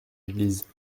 église